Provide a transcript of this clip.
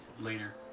later